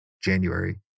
January